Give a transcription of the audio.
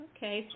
Okay